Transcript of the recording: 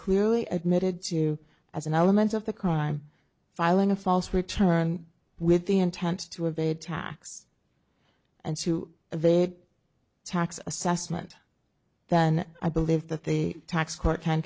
clearly admitted to as an element of the crime filing a false return with the intent to evade tax and to evade tax assessment then i believe that the tax court can